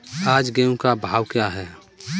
आज गेहूँ का भाव क्या है?